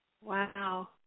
Wow